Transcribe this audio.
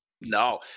No